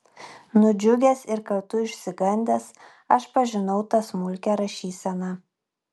nudžiugęs ir kartu išsigandęs aš pažinau tą smulkią rašyseną